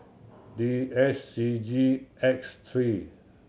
D S C G X three